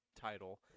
title